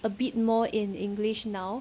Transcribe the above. a bit more in english now